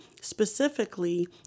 specifically